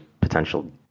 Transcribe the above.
potential